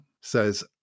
says